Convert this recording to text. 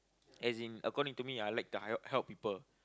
as in according to me I like to h~ help people